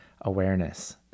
awareness